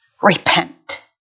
Repent